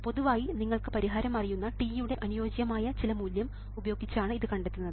പൊതുവായി നിങ്ങൾക്ക് പരിഹാരം അറിയുന്ന t യുടെ അനുയോജ്യമായ ചില മൂല്യം ഉപയോഗിച്ചാണ് ഇത് കണ്ടെത്തുന്നത്